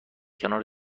کنار